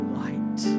light